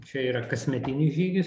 čia yra kasmetinis žygis